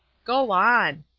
go on!